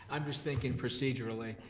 i'm just thinking procedurally.